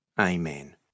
Amen